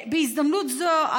בהזדמנות זו,